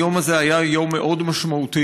היום הזה היה יום מאוד משמעותי,